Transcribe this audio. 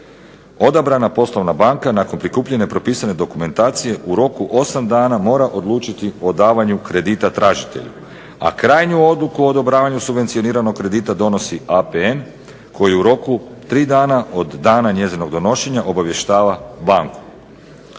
Odabrana poslovna banka nakon prikupljene propisane dokumentacije u roku 8 dana mora odlučiti o davanju kredita tražitelju, a krajnju odluku o odobravanju subvencioniranog kredita donosi APN, koji u roku 3 dana od dana njezinog donošenja obavještava banku.